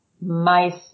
mice